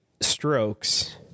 strokes